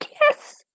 Yes